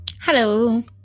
Hello